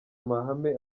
amahame